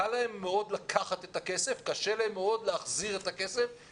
קל להם מאוד לקחת את הכסף אבל קשה להם מאוד להחזיר אותו וצריך